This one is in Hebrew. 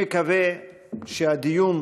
אני מקווה שהדיון,